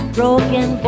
broken